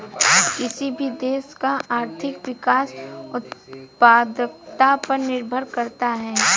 किसी भी देश का आर्थिक विकास उत्पादकता पर निर्भर करता हैं